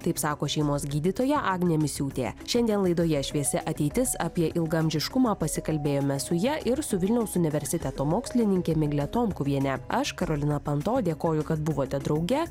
taip sako šeimos gydytoja agnė misiūtė šiandien laidoje šviesi ateitis apie ilgaamžiškumą pasikalbėjome su ja ir su vilniaus universiteto mokslininke migle tomkuviene aš karolina panto dėkoju kad buvote drauge